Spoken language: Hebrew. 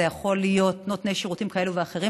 זה יכול להיות נותני שירותים כאלה ואחרים,